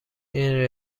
این